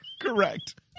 correct